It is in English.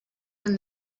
when